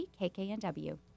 KKNW